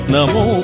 Namo